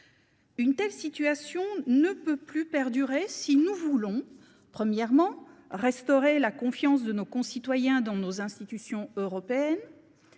Une telle situation ne peut plus perdurer si nous voulons restaurer la confiance de nos concitoyens dans nos institutions,